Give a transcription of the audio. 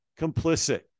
complicit